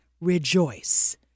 Rejoice